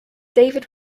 david